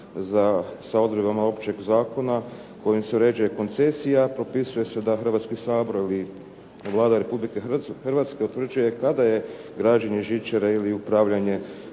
za odredbama općeg zakona kojim se određuje koncesija. Propisuje se da Hrvatski sabor ili Vlada Republike Hrvatske utvrđuje kada je građenje žičare ili upravljanje